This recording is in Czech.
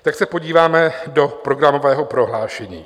Tak se podíváme do programového prohlášení.